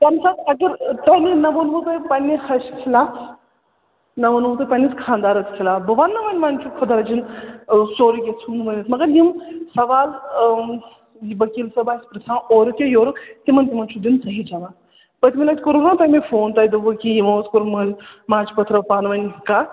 تَمہِ ساتہٕ اگر تۄہہِ نَے مےٚ ووٚنوُ تۄہہِ پنٛنہِ مےٚ ووٚنوُ تۄہہِ پنٛنِس خاندارَس خِلاف بہٕ وَنہٕ نہٕ وَۄنۍ وۄنۍ چھِ خۄدا رٔچھِن سورُے کینٛہہ ژھٕنُن ؤنِتھ مگر یِم سوال ؤکیٖل صٲب آسہِ پِرٛژھان اورُک یا یورُک تِمَن تِمَن چھُ دیُن صحیح جواب پٔتۍمہِ لَٹہِ کوٚروُ نہ تۄہہِ مےٚ فون تۄہہِ دوٚپوُ کہِ یِمو حظ کوٚر مٔلۍ ماجہِ پوٚتھرَو پانہٕ ؤنۍ کَتھ